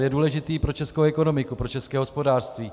Je důležitý pro českou ekonomiku, pro české hospodářství.